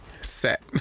Set